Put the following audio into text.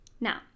Now